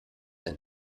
ein